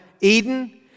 Eden